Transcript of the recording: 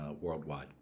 worldwide